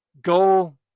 go